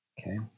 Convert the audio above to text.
Okay